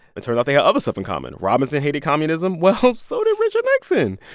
it turned out they had other stuff in common. robinson hated communism. well, so did richard nixon.